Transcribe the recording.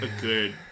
good